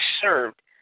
served